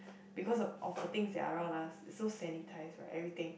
because of of the things that are around us is so sanitised right everything